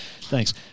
thanks